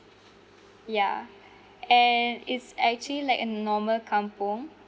yeah and it's actually like a normal kampung